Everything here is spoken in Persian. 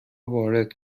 وارد